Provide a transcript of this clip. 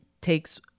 takes